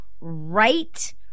right